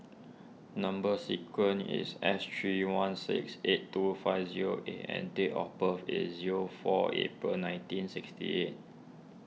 Number Sequence is S three one six eight two five zero A and date of birth is zero four April nineteen sixty eight